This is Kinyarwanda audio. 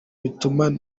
bituma